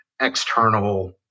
external